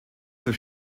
für